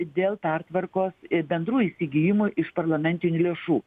dėl pertvarkos bendrų įsigijimų iš parlamentinių lėšų